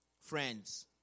friends